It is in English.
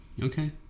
okay